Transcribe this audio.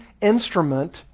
instrument